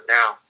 now